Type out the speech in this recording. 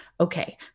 okay